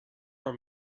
are